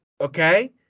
okay